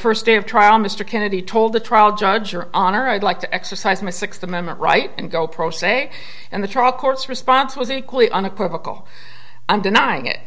first day of trial mr kennedy told the trial judge your honor i'd like to exercise my sixth amendment right and go pro se and the trial court's response was equally unequivocal i'm denying it